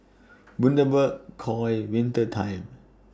Bundaberg Koi Winter Time